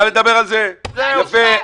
אתה מדבר על זה, יפה.